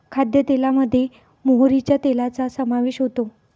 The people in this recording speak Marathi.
खाद्यतेलामध्ये मोहरीच्या तेलाचा समावेश होतो